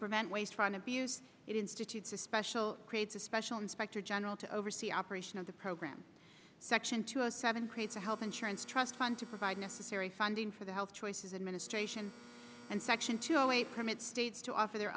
prevent waste fraud abuse it institutes a special creates a special inspector general to oversee operation of the program section two zero seven create the health insurance trust fund to provide necessary funding for the health choices administration and section two away from it states to offer their